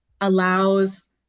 allows